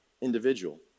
individual